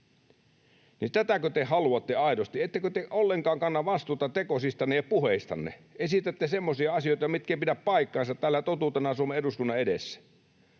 Tätäkö te haluatte aidosti? Ettekö te ollenkaan kanna vastuuta tekosistanne ja puheistanne? Esitätte semmoisia asioita, mitkä ei pidä paikkaansa, totuutena täällä Suomen eduskunnan edessä.